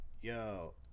Yo